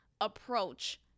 approach